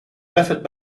method